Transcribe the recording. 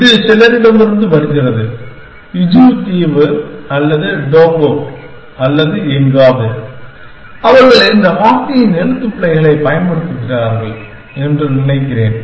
இது சிலரிடமிருந்து வருகிறது பிஜி தீவு அல்லது டோங்கா அல்லது எங்காவது அவர்கள் இந்த வார்த்தையின் எழுத்துப்பிழைகளைப் பயன்படுத்துகிறார்கள் என்று நினைக்கிறேன்